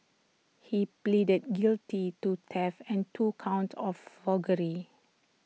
he pleaded guilty to theft and two counts of forgery